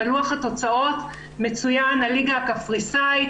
בלוח התוצאות מצוין הליגה הקפריסאית,